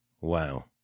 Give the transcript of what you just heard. Wow